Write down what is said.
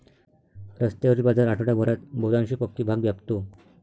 रस्त्यावरील बाजार आठवडाभरात बहुतांश पक्के भाग व्यापतो